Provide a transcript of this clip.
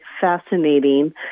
fascinating